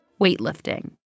weightlifting